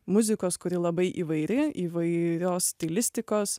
muzikos kuri labai įvairi įvairios stilistikos